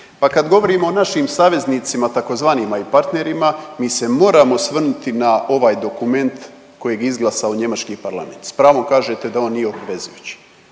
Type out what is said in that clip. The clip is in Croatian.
pa kad govorimo o našim saveznicima tzv. i partnerima mi se moramo osvrnuti na ovaj dokument kojeg je izglasao njemački parlament. S pravom kažete da on nije obvezujući,